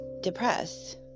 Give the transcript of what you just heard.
depressed